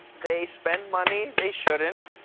they spend money they shouldn't,